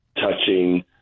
touching